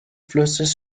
flusses